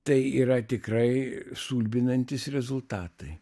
tai yra tikrai stulbinantys rezultatai